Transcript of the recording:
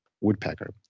woodpecker